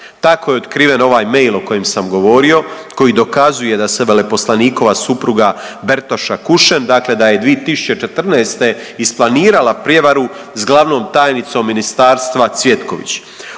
Tako je otkriven ovaj mail o kojem sam govorio koji dokazuje da se veleposlanikova supruga Bertoša Kušen dakle da je 2014. isplanirana prijevaru s glavnom tajnicom ministarstva Cvjetković.